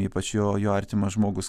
ypač jo jo artimas žmogus